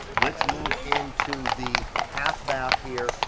let's move into the half bath here,